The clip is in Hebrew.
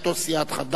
סיעת חד"ש,